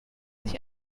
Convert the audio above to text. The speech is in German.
sich